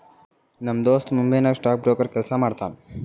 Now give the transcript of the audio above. ನಮ್ ದೋಸ್ತ ಮುಂಬೈ ನಾಗ್ ಸ್ಟಾಕ್ ಬ್ರೋಕರ್ ಕೆಲ್ಸಾ ಮಾಡ್ತಾನ